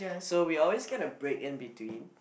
so we always get a break in between